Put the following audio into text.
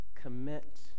commit